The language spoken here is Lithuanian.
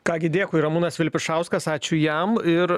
ką gi dėkui ramūnas vilpišauskas ačiū jam ir